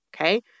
Okay